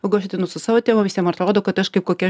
jeigu aš ateinu su savo temom visiem atrodo kad aš kaip kokia